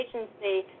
agency